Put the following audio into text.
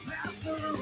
Master